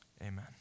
Amen